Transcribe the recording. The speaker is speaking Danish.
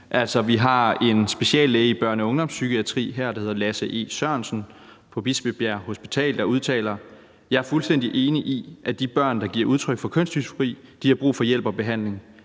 vi har en speciallæge i børne- og ungdomspsykiatri, der hedder Lasse E. Sørensen, på Bispebjerg Hospital, der udtaler: »Jeg er fuldstændig enig i, at de børn, der giver udtryk for kønsdysfori, har brug for hjælp og behandling.